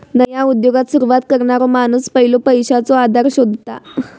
नया उद्योगाक सुरवात करणारो माणूस पयलो पैशाचो आधार शोधता